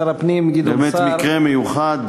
שר הפנים גדעון סער, באמת מקרה מיוחד.